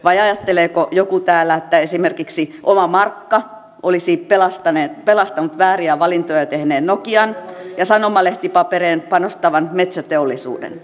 vai ajatteleeko joku täällä että esimerkiksi oma markka olisi pelastanut vääriä valintoja tehneen nokian ja sanomalehtipaperiin panostavan metsäteollisuuden